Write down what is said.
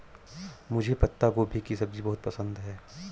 मुझे पत्ता गोभी की सब्जी बहुत पसंद है